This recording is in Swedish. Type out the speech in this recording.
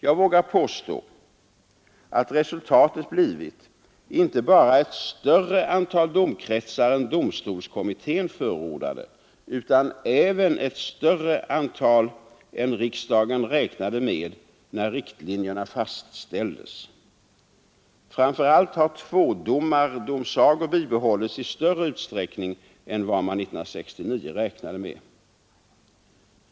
Jag vågar påstå att resultatet har blivit inte bara ett större antal domkretsar än domstolskommittén förordade utan även ett större antal än riksdagen räknade med när riktlinjerna fastställdes. Framför allt har tvådomardomsagor bibehållits i större utsträckning än vad man 1969 räknade med.